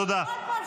תודה.